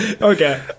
Okay